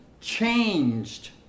changed